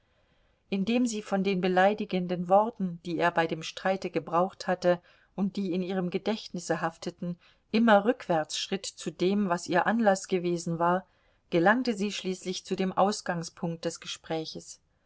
indem sie von den beleidigenden worten die er bei dem streite gebraucht hatte und die in ihrem gedächtnisse hafteten immer rückwärts schritt zu dem was ihr anlaß gewesen war gelangte sie schließlich zu dem ausgangspunkt des gespräches